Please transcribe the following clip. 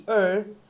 earth